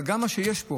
אבל גם מה שיש פה,